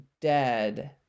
dead